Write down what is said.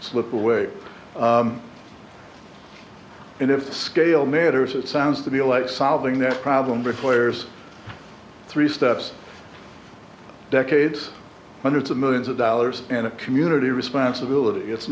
slip away and if the scale maters it sounds to be a late solving their problem requires three steps decades hundreds of millions of dollars in a community responsibility it's